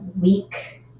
week